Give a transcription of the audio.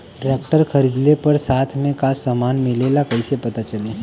Tractor खरीदले पर साथ में का समान मिलेला कईसे पता चली?